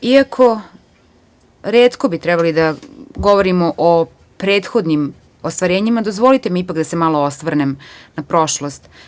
Iako bi retko trebali da govorimo o prethodnim ostvarenjima, dozvolite mi ipak da se malo osvrnem na prošlost.